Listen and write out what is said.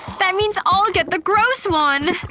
that means i'll get the gross one!